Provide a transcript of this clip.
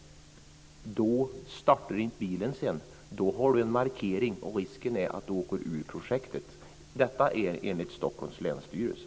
Då får man en markering, och risken är att man åker ur projektet. Så är det enligt Stockholms länsstyrelse.